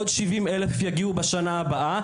עוד 70,000 יגיעו בשנה הבאה,